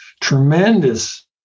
tremendous